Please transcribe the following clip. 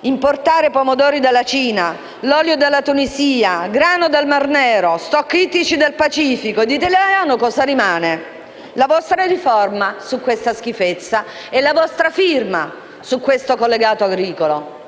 importare pomodori dalla Cina, l'olio dalla Tunisia, grano dal Mar Nero, *stock* ittici dal Pacifico. E di italiano cosa rimane? La vostra riforma su questa schifezza e la vostra firma su questo collegato agricolo.